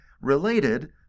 related